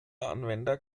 anwender